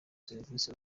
serivisi